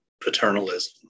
paternalism